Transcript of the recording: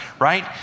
Right